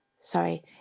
Sorry